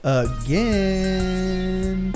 again